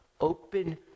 open